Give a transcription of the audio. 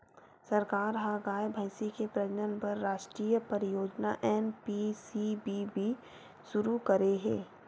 सरकार ह गाय, भइसी के प्रजनन बर रास्टीय परियोजना एन.पी.सी.बी.बी सुरू करे हे